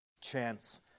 Chance